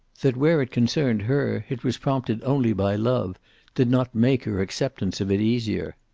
that, where it concerned her, it was prompted only by love did not make her acceptance of it easier.